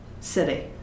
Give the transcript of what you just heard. city